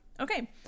Okay